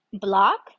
block